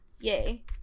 yay